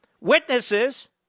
Witnesses